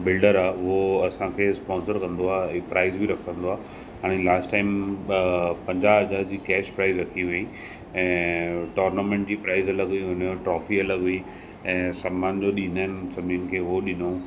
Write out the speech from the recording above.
builder आहे उहो असांखे स्पॉन्सर कंदो आहे ऐं प्राइज़ बि रखंदो आहे हाणे लास्ट टाइम पंजाहु हज़ार जी कैश प्राइज़ रखी हुई ऐं टॉर्नामेंट जी प्राइज़ अलॻि हुई हुनमें ट्रॉफी अलॻि हुई ऐं समान जो ॾींदा आहिनि सभिनि खे उहो ॾिनो